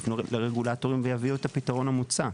יפנו לרגולטורים ויביאו את הפתרון המוצע.